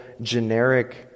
generic